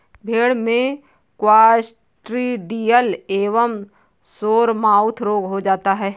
भेड़ में क्लॉस्ट्रिडियल एवं सोरमाउथ रोग हो जाता है